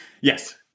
Yes